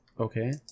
Okay